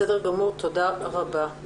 תודה רבה.